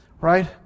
right